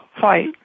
fight